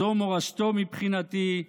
זו מורשתו, מבחינתי.